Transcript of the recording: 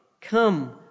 come